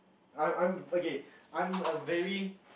I I'm okay I'm a very